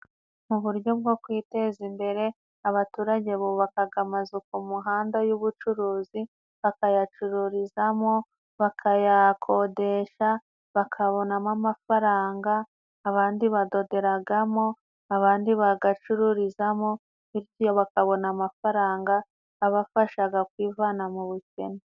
Mu buryo bwo kwiteza imbere, abaturage bubakaga amazu ku muhanda y'ubucuruzi. Bakayacururizamo, bakayakodesha, bakabonamo amafaranga. Abandi badoderagamo, abandi bagacururizamo bityo bakabona amafaranga abafashaga kwivana mu bukene.